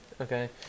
okay